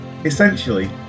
essentially